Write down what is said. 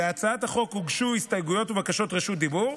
להצעת החוק הוגשו הסתייגויות ובקשות רשות דיבור.